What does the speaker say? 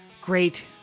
great